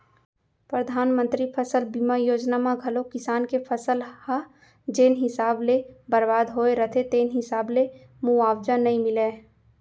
परधानमंतरी फसल बीमा योजना म घलौ किसान के फसल ह जेन हिसाब ले बरबाद होय रथे तेन हिसाब ले मुवावजा नइ मिलय